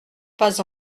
pas